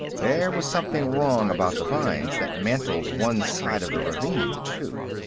there was something wrong about the vines that mantled one side of the ravine, too.